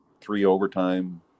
three-overtime